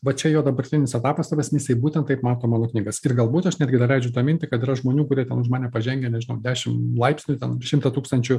vat čia jo dabartinis etapas jisai būtent taip mato mano knygas ir galbūt aš netgi daleidžiu tą mintį kad yra žmonių kurie ten už mane pažengę nežinau dešim laipsnių ten šimtą tūkstančių